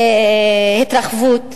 אי-אפשר לעצור אותם